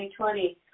2020